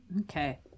Okay